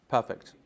Perfect